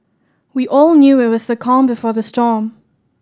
we all knew it was the calm before the storm